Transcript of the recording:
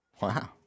Wow